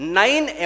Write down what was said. nine